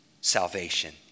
salvation